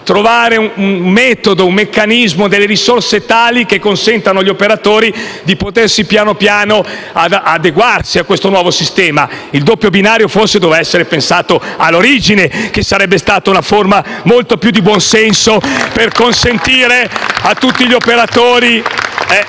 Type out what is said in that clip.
trovare un metodo, un meccanismo, risorse tali che consentano agli operatori di potersi pian piano adeguare al nuovo sistema. Il doppio binario forse doveva essere pensato all'origine: sarebbe stata una forma molto più di buonsenso per consentire a tutti gli operatori